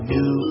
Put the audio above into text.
New